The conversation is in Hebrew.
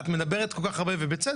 את מדברת כל כך הרבה ובצדק,